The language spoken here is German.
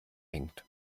hängt